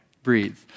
breathe